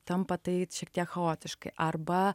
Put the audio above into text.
tampa tai šiek tiek chaotiškai arba